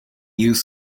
use